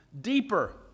deeper